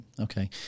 Okay